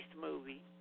movie